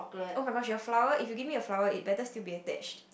oh-my-god she was flower and you give me a flower it better still be attached